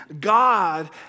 God